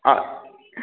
আচ্ছা